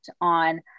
on